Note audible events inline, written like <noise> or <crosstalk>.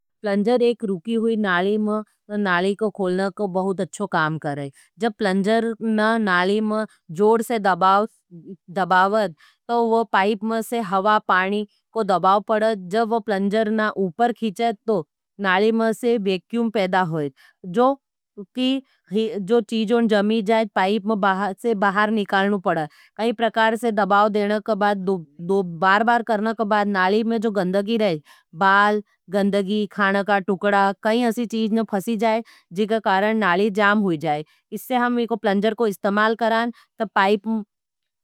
प्लंजर एक रूकी हुई नाली में नाली को खोलने को बहुत अच्छो काम करें। जब प्लंजर ना नाली में जोर से दबाव <hesitation> दबावत, तो वो पाइप में से हवा, पाणी को दबाव पड़त, जब वो प्लंजर ना उपर खिचे, तो नाली में से वेक्क्यूम पेदा होई। जो <hesitation> जो चीज़ों जमी जाएँ, पाइप में से बाहर निकालने पड़त। कई प्रकार से दबाव देने के बाद, <hesitation> बार बार करने के बाद, नाली में जो गंदगी रहे, बाल, गंदगी, खाना का टुकड़ा, कहीं असी चीज़ ने फसी जाए, जीके कारण नाली जाम हुई जाए।